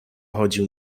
chodził